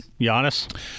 Giannis